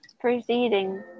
proceeding